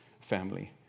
family